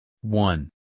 one